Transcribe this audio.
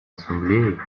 ассамблеей